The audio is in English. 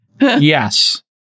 Yes